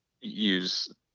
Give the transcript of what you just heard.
use